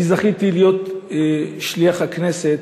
אני זכיתי להיות שליח הכנסת,